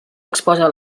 exposa